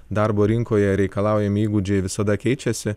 darbo rinkoje reikalaujami įgūdžiai visada keičiasi